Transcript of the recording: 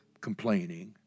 complaining